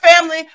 family